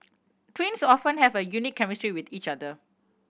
twins often have a unique chemistry with each other